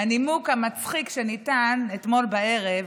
הנימוק המצחיק שניתן אתמול בערב